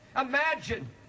imagine